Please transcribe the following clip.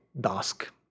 dusk